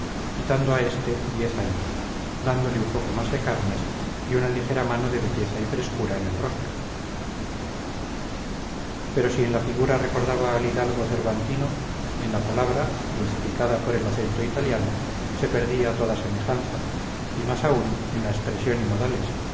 quitando a este diez años dándole un poco más de carnes y una ligera mano de belleza y frescura en el rostro pero si en la figura recordaba al hidalgo cervantino en la palabra dulcificada por el acento italiano se perdía toda semejanza y más aún en la expresión y modales